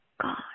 God